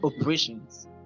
operations